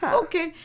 okay